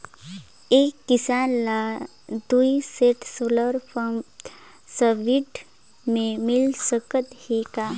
एक किसान ल दुई सेट सोलर पम्प सब्सिडी मे मिल सकत हे का?